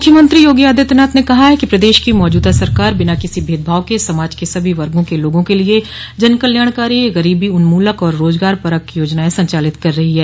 मुख्यमंत्री योगी आदित्यनाथ ने कहा है कि प्रदेश की मौजूदा सरकार बिना किसी भेदभाव के समाज के सभी वर्गो के लोगों के लिए जनकल्याणकारी गरीबी उन्मूलक और रोजगार परक योजनाएं संचालित कर रही है